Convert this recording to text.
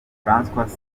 françois